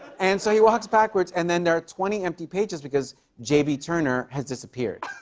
and so he walks backwards and then there are twenty empty pages because j b. turner has disappeared.